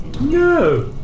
No